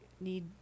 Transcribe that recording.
need